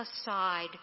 aside